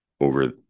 over